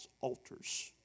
altars